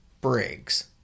Briggs